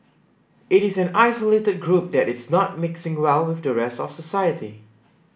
it is an isolated group that is not mixing well with the rest of society